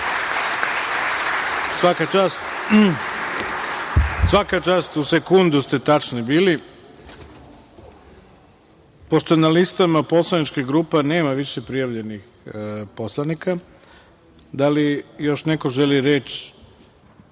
Svaka čast, u sekundu ste tačni bili. Pošto na listama poslaničkih grupa nema više prijavljenih poslanika, da li još neko želi reč